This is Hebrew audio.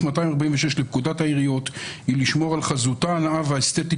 246 לפקודת העיריות היא לשמור על חזותה הנאה והאסתטית